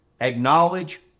acknowledge